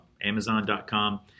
Amazon.com